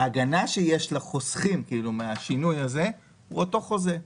ההגנה שיש לחוסכים מהשינוי הזה הוא אותו חוזה.